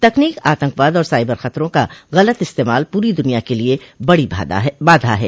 तकनीक आतंकवाद और साइबर खतरों का गलत इस्तेमाल पूरी दुनिया के लिये बड़ी बाधा है